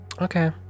Okay